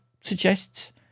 suggests